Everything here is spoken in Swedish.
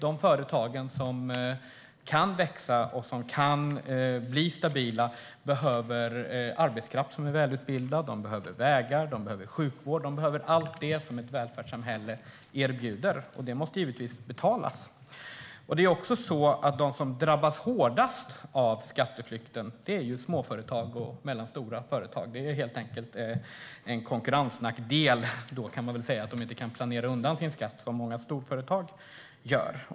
De företag som kan växa och som kan bli stabila behöver arbetskraft som är välutbildad, de behöver vägar, de behöver sjukvård och de behöver allt det som ett välfärdssamhälle erbjuder. Det måste givetvis betalas. De som drabbas hårdast av skatteflykten är småföretag och medelstora företag. Det är helt enkelt en konkurrensnackdel att de inte kan planera att undvika sin skatt som många storföretag gör.